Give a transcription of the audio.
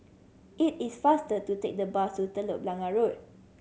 it is faster to take the bus to Telok Blangah Road